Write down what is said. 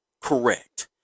correct